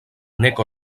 nek